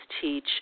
teach